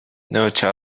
نوچه